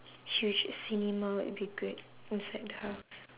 huge cinema would be good inside the house